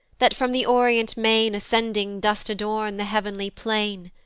that from the orient main ascending dost adorn the heav'nly plain!